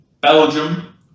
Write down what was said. Belgium